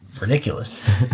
ridiculous